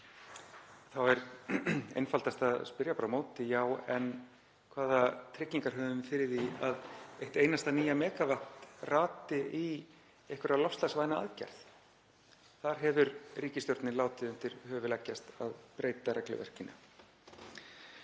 þá er einfaldast að spyrja bara á móti: Já, en hvaða tryggingu höfum við fyrir því að eitt einasta nýja megavatt rati í einhverja loftslagsvæna aðgerð? Þar hefur ríkisstjórnin látið undir höfuð leggjast að breyta regluverkinu.